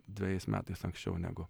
dvejais metais anksčiau negu